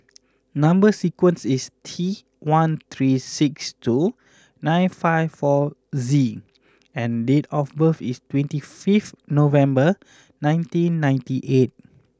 number sequence is T one three six two nine five four Z and date of birth is twenty five November nineteen ninety eight